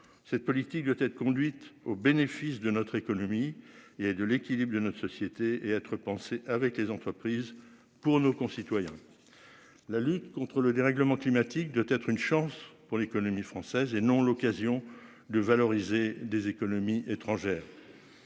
Cette politique doit être conduite au bénéfice de notre économie et de l'équilibre de notre société et être pensé avec les entreprises pour nos concitoyens. La lutte contre le dérèglement climatique doit être une chance pour l'économie française et non l'occasion de valoriser des économies étrangères.